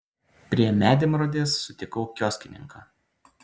prie medemrodės sutikau kioskininką